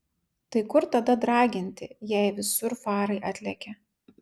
tai kur tada draginti jei visur farai atlekia